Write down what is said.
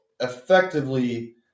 effectively